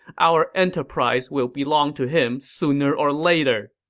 our enterprise will belong to him sooner or later!